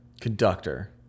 conductor